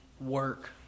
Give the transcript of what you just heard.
work